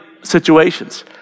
situations